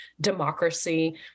democracy